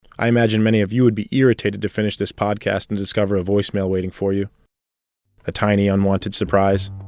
i imagine many of you would be irritated to finish this podcast and discover a voicemail waiting for you a tiny unwanted surprise.